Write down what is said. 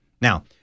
Now